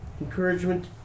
encouragement